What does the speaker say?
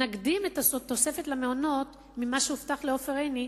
נקדים את התוספת למעונות ממה שהובטח לעופר עיני,